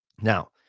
now